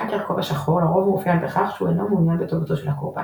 האקר כובע שחור לרוב מאופיין בכך שהוא אינו מעוניין בטובתו של הקורבן.